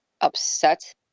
upset